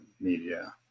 media